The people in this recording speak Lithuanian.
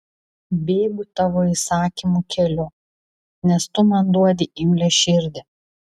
bėgu tavo įsakymų keliu nes tu man duodi imlią širdį